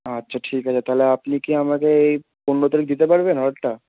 আচ্ছা ঠিক আছে তাহলে আপনি কি আমাকে এই পনেরো তারিখ দিতে পারবেন অর্ডারটা